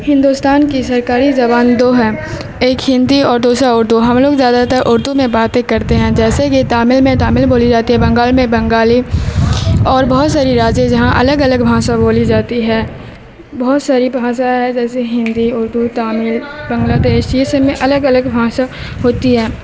ہندوستان کی سرکاری زبان دو ہے ایک ہندی اور دوسرا اردو ہم لوگ زیادہ تر اردو میں باتیں کرتے ہیں جیسے کہ تامل میں تامل بولی جاتی ہے بنگال میں بنگالی اور بہت ساری راجیہ جہاں الگ الگ بھاشا بولی جاتی ہے بہت ساری بھاشا ہے جیسے ہندی اردو تامل بنگلہ دیش یہ سب میں الگ الگ بھاشا ہوتی ہے